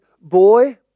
boy